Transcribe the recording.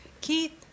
Keith